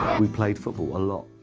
we played football a lot,